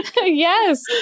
Yes